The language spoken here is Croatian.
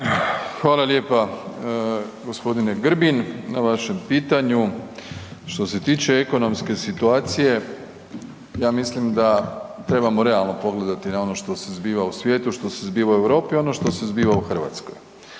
Hvala lijepa g. Grbin na vašem pitanju. Što se tiče ekonomske situacije, ja mislim da trebamo realno pogledati na ono što se zbiva u svijetu, ono što se zbiva u Europi, ono što se zbiva u Hrvatskoj.